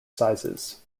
sizes